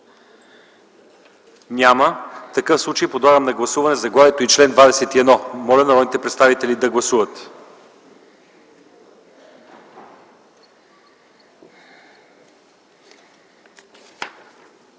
Няма. Подлагам на гласуване заглавието и чл. 30. Моля народните представители да гласуват.